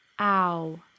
ow